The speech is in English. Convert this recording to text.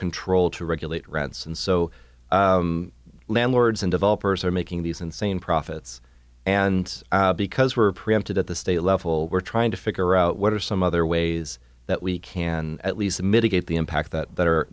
control to regulate rents and so landlords and developers are making these insane profits and because we're preempted at the state level we're trying to figure out what are some other ways that we can at least mitigate the impact that that